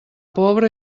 pobre